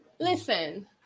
listen